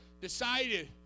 decided